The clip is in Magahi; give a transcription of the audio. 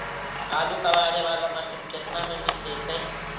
आलू कबाड़े बाला मशीन केतना में मिल जइतै?